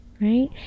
right